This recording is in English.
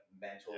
mental